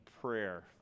prayer